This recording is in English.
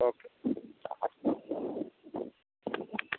okay